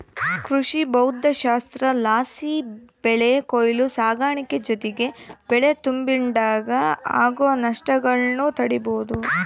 ಕೃಷಿಭೌದ್ದಶಾಸ್ತ್ರಲಾಸಿ ಬೆಳೆ ಕೊಯ್ಲು ಸಾಗಾಣಿಕೆ ಜೊತಿಗೆ ಬೆಳೆ ತುಂಬಿಡಾಗ ಆಗೋ ನಷ್ಟಗುಳ್ನ ತಡೀಬೋದು